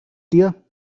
dir